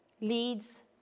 leads